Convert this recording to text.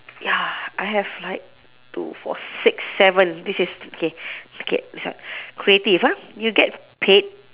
ya I have like two four six seven this is okay okay this one creative ah you get paid